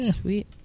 Sweet